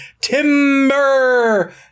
timber